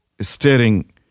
staring